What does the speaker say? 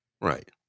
right